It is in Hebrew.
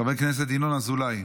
חבר הכנסת ינון אזולאי,